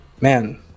man